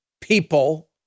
people